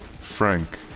Frank